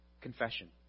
confession